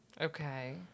Okay